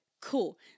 cool